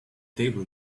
table